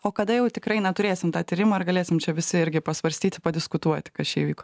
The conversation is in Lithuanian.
o kada jau tikrai na turėsim tą tyrimą ar galėsim čia visi irgi pasvarstyti padiskutuoti kas čia įvyko